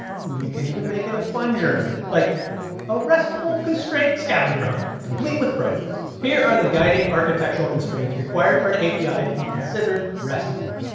we can even make it a fun journey like a restful constraint scavenger hunt, complete with prizes. here are the guiding architectural constraints required for an api to be considered restful.